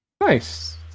Nice